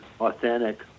authentic